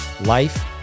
Life